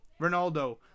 Ronaldo